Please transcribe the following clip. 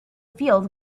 field